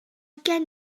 gen